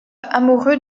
amoureux